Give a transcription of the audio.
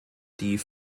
die